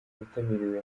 witabiriwe